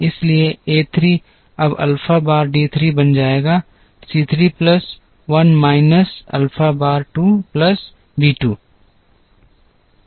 इसलिए a 3 अब alpha bar d 3 बन जाएगा C 3 plus 1 minus alpha bar 2 plus b 2